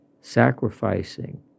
sacrificing